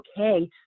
okay